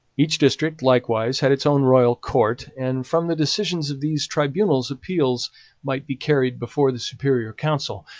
each district, likewise, had its own royal court, and from the decisions of these tribunals appeals might be carried before the superior council,